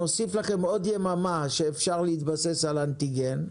נוסיף לכם עוד יממה שאפשר להתבסס על אנטיגן,